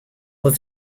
were